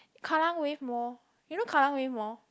Kallang Wave mall you know Kallang Wave mall